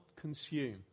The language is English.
consume